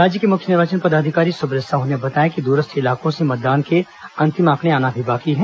राज्य के मुख्य निर्वाचन पदाधिकारी सुब्रत साहू ने बताया कि दूरस्थ इलाकों से मतदान के अंतिम आंकड़े आना अभी बाकी है